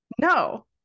no